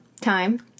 time